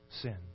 sin